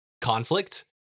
conflict